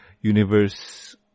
universe